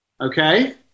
Okay